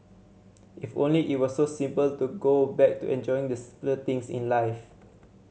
if only it were so simple to go back to enjoying the simpler things in life